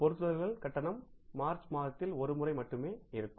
பிச்ட்சுர்ஸ் கட்டணம் மார்ச் மாதத்தில் ஒரு முறை மட்டுமே இருக்கும்